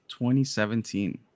2017